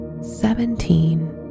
seventeen